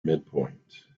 midpoint